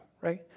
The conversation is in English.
right